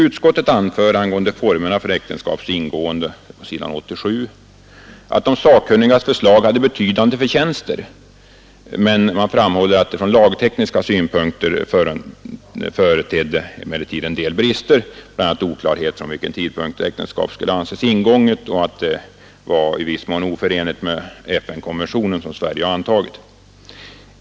Utskottet anför angående formerna för äktenskapets ingående på s. 87 att de sakkunnigas förslag hade betydande förtjänster, men framhåller att det från lagtekniska synpunkter emellertid företedde en del brister, bl.a. oklarhet om från vilken tidpunkt ett äktenskap skulle anses ingånget, och att det var i viss mån oförenligt med den FN-konvention som Sverige har anslutit sig till.